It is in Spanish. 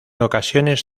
ocasiones